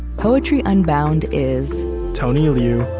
poetry unbound is tony liu,